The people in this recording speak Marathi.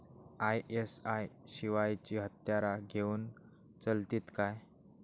आय.एस.आय शिवायची हत्यारा घेऊन चलतीत काय?